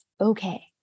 okay